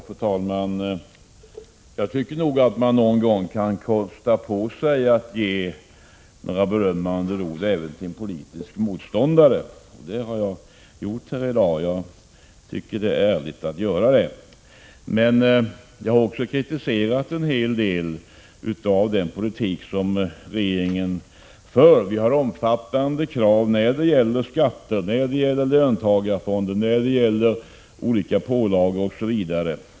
Fru talman! Jag tycker nog att man någon gång kan kosta på sig att ge några berömmande ord även till en politisk motståndare. Det har jag gjort här i dag, och jag tycker att det är ärligt att göra det. Men jag har också kritiserat en hel del av den politik som regeringen för. Vi har omfattande krav när det gäller skatter, löntagarfonder, olika pålagor osv.